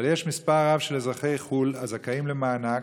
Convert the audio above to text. אבל יש מספר רב של אזרחי חו"ל הזכאים למענק,